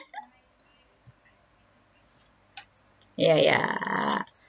ya ya